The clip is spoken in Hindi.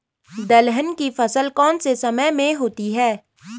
दलहन की फसल कौन से समय में होती है?